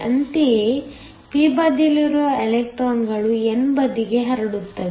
ಅಂತೆಯೇ ಪಿ ಬದಿಯಲ್ಲಿರುವ ಎಲೆಕ್ಟ್ರಾನ್ಗಳು n ಬದಿಯ ಹರಡುತ್ತವೆ